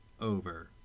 over